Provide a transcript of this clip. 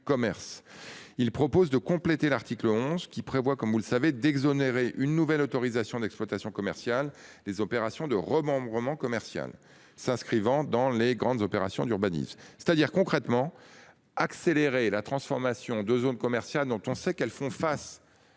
Il propose de compléter l'article 11 qui prévoit comme vous le savez d'exonérer une nouvelle autorisation d'exploitation commerciale. Les opérations de remembrement commercial s'inscrivant dans les grandes opérations d'urbanisme. C'est-à-dire concrètement, accélérer la transformation de zones commerciales dont on sait qu'elles font face.